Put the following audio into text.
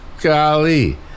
Golly